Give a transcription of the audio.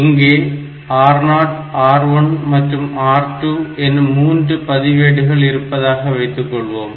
இங்கே R0 R1 மற்றும் R2 எனும் 3 பதிவேடுகள் இருப்பதாக வைத்துக்கொள்வோம்